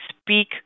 speak